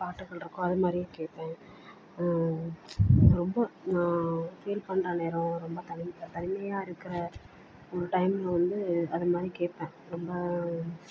பாட்டுகள் இருக்கும் அது மாதிரியும் கேட்பேன் ரொம்ப நான் ஃபீல் பண்ணுற நேரம் ரொம்ப தனி தனிமையாக இருக்கிற டைமில் வந்து அது மாதிரி கேட்பேன் ரொம்ப